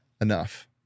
enough